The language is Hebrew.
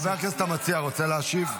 חבר הכנסת המציע, אתה רוצה להשיב?